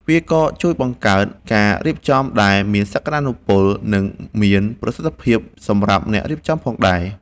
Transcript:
វាក៏ជួយបង្កើតការរៀបចំដែលមានសក្តានុពល និងមានប្រសិទ្ធភាពសម្រាប់អ្នករៀបចំផងដែរ។